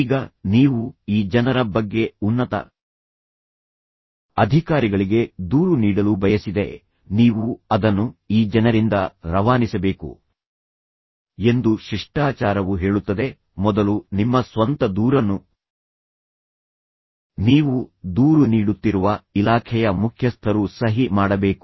ಈಗ ನೀವು ಈ ಜನರ ಬಗ್ಗೆ ಉನ್ನತ ಅಧಿಕಾರಿಗಳಿಗೆ ದೂರು ನೀಡಲು ಬಯಸಿದರೆ ನೀವು ಅದನ್ನು ಈ ಜನರಿಂದ ರವಾನಿಸಬೇಕು ಎಂದು ಶಿಷ್ಟಾಚಾರವು ಹೇಳುತ್ತದೆ ಮೊದಲು ನಿಮ್ಮ ಸ್ವಂತ ದೂರನ್ನು ನೀವು ದೂರು ನೀಡುತ್ತಿರುವ ಇಲಾಖೆಯ ಮುಖ್ಯಸ್ಥರು ಸಹಿ ಮಾಡಬೇಕು